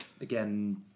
again